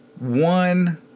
one